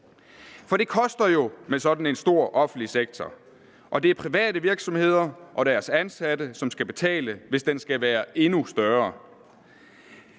For det koster jo med sådan en stor offentlig sektor, og det er private virksomheder og deres ansatte, som skal betale, hvis den skal være endnu større.